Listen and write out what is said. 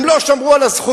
הם לא שמרו על הזכויות,